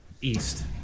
east